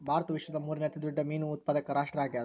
ಭಾರತವು ವಿಶ್ವದ ಮೂರನೇ ಅತಿ ದೊಡ್ಡ ಮೇನು ಉತ್ಪಾದಕ ರಾಷ್ಟ್ರ ಆಗ್ಯದ